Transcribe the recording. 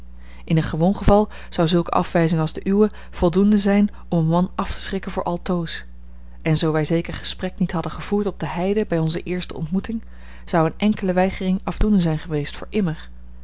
in een gewoon geval zou zulke afwijzing als de uwe voldoende zijn om een man af te schrikken voor altoos en zoo wij zeker gesprek niet hadden gevoerd op de heide bij onze eerste ontmoeting zou eene enkele weigering afdoende zijn geweest voor immer